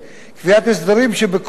קביעת הסדרים שבכוחם